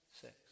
six